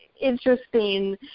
interesting